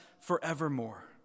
forevermore